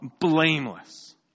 blameless